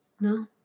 No